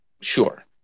sure